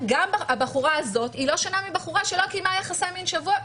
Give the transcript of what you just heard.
הבחורה הזאת לא שונה מבחורה שלא קיימה יחסי מין שבוע,